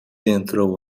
entrou